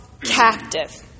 captive